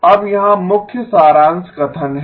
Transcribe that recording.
अब यहाँ मुख्य सारांश कथन है